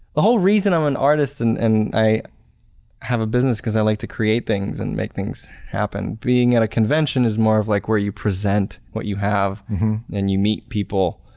the whole reason i'm an artist and and i have a business is because i like to create things and make things happen. being at a convention is more of like where you present what you have and you meet people.